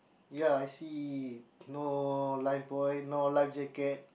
ya I see no life buoy no life jacket